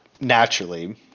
naturally